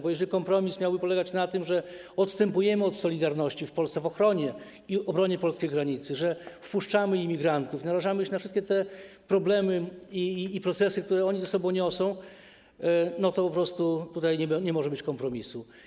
Bo jeżeli kompromis miałby polegać na tym, że odstępujemy od solidarności w Polsce w odniesieniu do ochrony, obrony polskiej granicy, że wpuszczamy imigrantów i narażamy się na wszystkie te problemy i procesy, które to ze sobą niesie, to po prostu tutaj nie może być kompromisu.